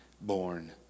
born